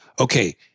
Okay